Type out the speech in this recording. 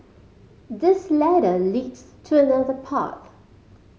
this ladder leads to another path